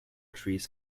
trees